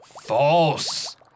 false